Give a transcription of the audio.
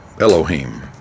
Elohim